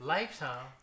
Lifetime